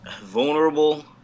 Vulnerable